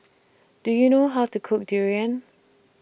Do YOU know How to Cook Durian